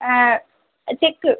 cheque